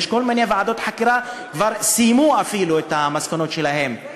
יש כל מיני ועדות חקירה שכבר סיימו אפילו את פרסום המסקנות שלהן,